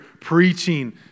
preaching